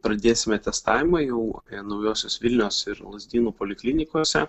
pradėsime testavimą jau naujosios vilnios ir lazdynų poliklinikose